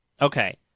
okay